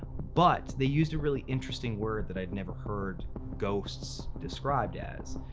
but, they used a really interesting word that i'd never heard ghosts described as,